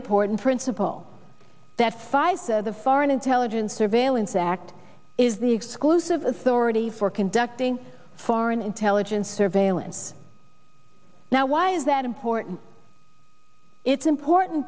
principle that five the foreign intelligence surveillance act is the exclusive authority for conducting foreign intelligence surveillance now why is that important it's important